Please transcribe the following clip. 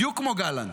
בדיוק כמו גלנט,